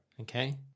Okay